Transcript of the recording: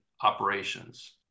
operations